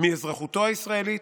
מאזרחותו הישראלית,